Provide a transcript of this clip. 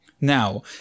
Now